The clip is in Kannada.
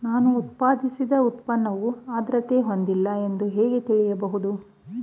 ನಾನು ಉತ್ಪಾದಿಸಿದ ಉತ್ಪನ್ನವು ಆದ್ರತೆ ಹೊಂದಿಲ್ಲ ಎಂದು ಹೇಗೆ ತಿಳಿಯಬಹುದು?